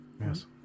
Yes